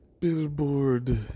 billboard